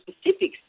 specifics